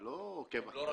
אני לא עוקב אחרי כל אחד.